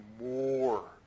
more